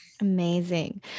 Amazing